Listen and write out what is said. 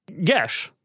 Yes